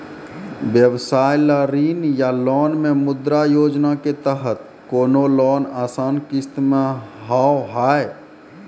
व्यवसाय ला ऋण या लोन मे मुद्रा योजना के तहत कोनो लोन आसान किस्त मे हाव हाय?